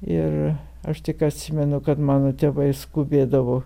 ir aš tik atsimenu kad mano tėvai skubėdavo